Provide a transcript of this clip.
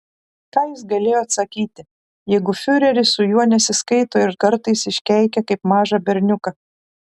ką jis galėjo atsakyti jeigu fiureris su juo nesiskaito ir kartais iškeikia kaip mažą berniuką